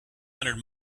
hundred